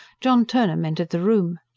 john turnham entered the room.